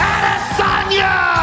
Adesanya